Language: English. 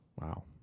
Wow